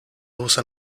usa